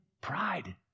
pride